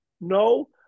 no